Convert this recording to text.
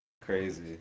Crazy